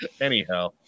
anyhow